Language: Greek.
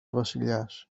βασιλιάς